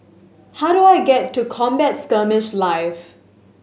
how do I get to Combat Skirmish Live